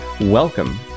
welcome